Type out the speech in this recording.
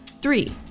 Three